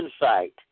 insight